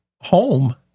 home